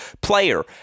player